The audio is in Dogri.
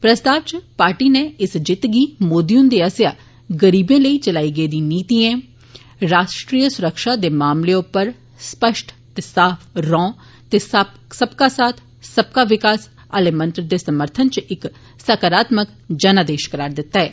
प्रस्ताव च पार्टी नै इस जित्त गी मोदी हुंदे आसेआ गरीबें लेई चलाई गेदी नीतिएं राष्ट्री सुरक्षा दे मामले उप्पर स्पष्ट रौंड ते सबका साथ सबका विकास आहले मंत्तर दे समर्थन च इक सकारात्मक जनादेश करार दित्ता ऐ